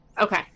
Okay